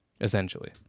essentially